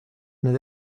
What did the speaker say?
need